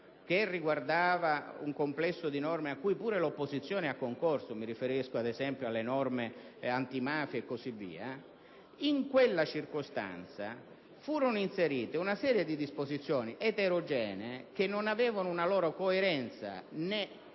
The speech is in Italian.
riguardante un complesso di norme a cui pure l'opposizione ha concorso (mi riferisco ad esempio alle norme antimafia e così via), in quella circostanza fu inserita una serie di disposizioni eterogenee che non avevano né una loro coerenza intima